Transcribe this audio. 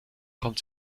kommt